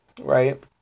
right